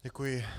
Děkuji.